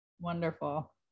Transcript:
Wonderful